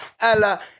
ella